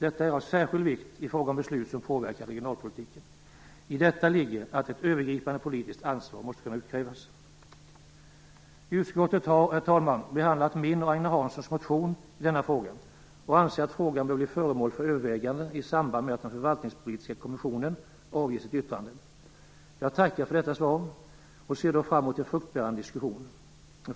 Detta är av särskild vikt i fråga om beslut som påverkar regionalpolitiken. I detta ligger att ett övergripande politiskt ansvar måste kunna utkrävas. Utskottet har, herr talman, behandlat min och Agne Hanssons motion i denna fråga, och anser att frågan bör bli föremål för övervägande i samband med att den förvaltningspolitiska kommissionen avger sitt yttrande. Jag tackar för detta svar och ser fram emot en fruktbärande diskussion.